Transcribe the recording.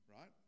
right